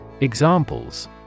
Examples